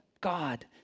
God